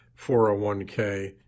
401k